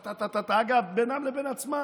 טה-טה-טה-טה-טה-טה, אגב, בינם לבין עצמם,